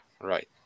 right